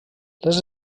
les